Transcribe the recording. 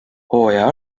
hooaja